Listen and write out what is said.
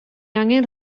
angen